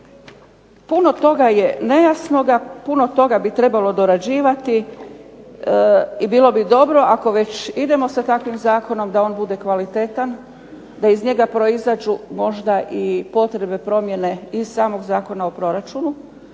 puno toga je nejasnoga, puno toga bi trebalo dorađivati i bilo bi dobro ako već idemo sa takvim zakonom da on bude kvalitetan, da iz njega proizađu možda i potrebe promjene i samog Zakona o proračunu,